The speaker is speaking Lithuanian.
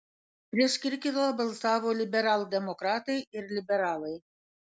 prieš kirkilą balsavo liberaldemokratai ir liberalai